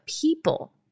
people